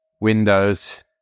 windows